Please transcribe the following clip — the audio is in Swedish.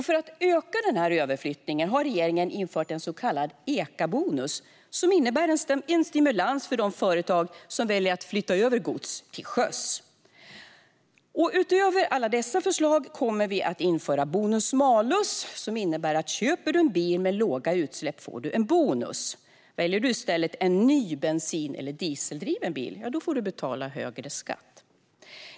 För att öka överflyttningen har regeringen infört en så kallad eco-bonus, som innebär en stimulans för de företag som väljer att flytta över gods till sjöfarten. Utöver alla dessa förslag kommer vi att införa bonus-malus, som innebär att om du köper en bil med låga utsläpp får du en bonus, men om du i stället väljer en ny bensin eller dieseldriven bil får du betala högre skatt.